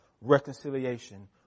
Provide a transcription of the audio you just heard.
reconciliation